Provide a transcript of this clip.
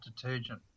detergent